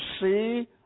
see